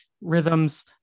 rhythms